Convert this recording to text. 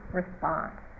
response